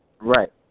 right